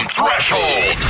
Threshold